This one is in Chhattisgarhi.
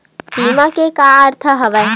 बीमा के का अर्थ हवय?